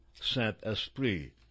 Saint-Esprit